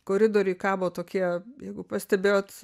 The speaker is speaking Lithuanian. koridoriuj kabo tokie jeigu pastebėjot